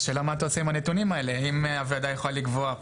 נשאלה לפני זה השאלה האם ניתן לייצר היום בשר